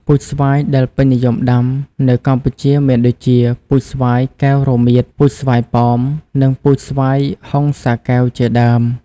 ពូជស្វាយដែលពេញនិយមដាំនៅកម្ពុជាមានដូចជា ពូជស្វាយកែវរមៀត ពូជស្វាយប៉ោម និងពូជស្វាយហុងសាកែវ ជាដើម។